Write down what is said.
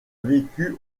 vécu